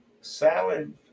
salad